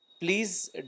Please